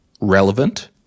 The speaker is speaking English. relevant